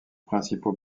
principaux